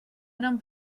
eren